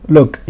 Look